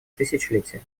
тысячелетия